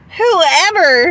whoever